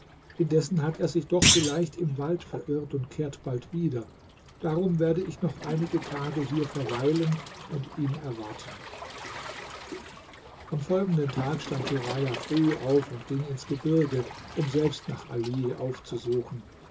indessen hat er sich doch vielleicht im wald verirrt und kehrt bald wieder darum werde ich noch einige tage hier verweilen und ihn erwarten am folgenden tag stand turaja früh auf und ging ins gebirge um selbst noch ali aufzusuchen